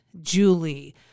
Julie